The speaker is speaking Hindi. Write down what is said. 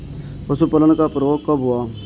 पशुपालन का प्रारंभ कब हुआ?